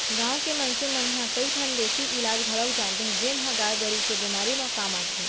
गांव के मनसे मन ह कई ठन देसी इलाज घलौक जानथें जेन ह गाय गरू के बेमारी म काम आथे